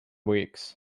weeks